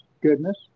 goodness